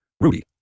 Rudy